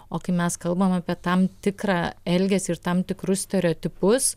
o kai mes kalbam apie tam tikrą elgesį ir tam tikrus stereotipus